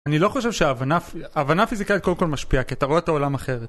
אני לא חושב שההבנה, ההבנה פיזיקלית קודם כל כול משפיעה, כי אתה רואה את העולם אחרת.